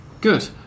good